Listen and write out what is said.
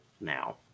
now